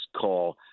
call